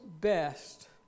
best